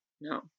No